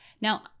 Now